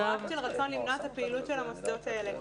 זה לא עניין של רצון למנוע את הפעילות של המוסדות האלה.